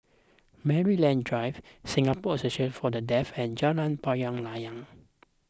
Maryland Drive Singapore Association for the Deaf and Jalan Payoh Lai